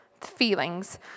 feelings